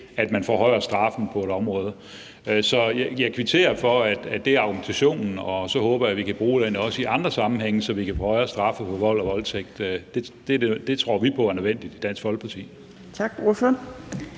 at man forhøjer straffen på et område. Så jeg kvitterer for, at det er argumentationen, og så håber jeg, vi kan bruge den også i andre sammenhænge, så vi kan få højere straffe for vold og voldtægt. Det tror vi i Dansk Folkeparti